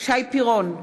שי פירון,